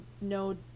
no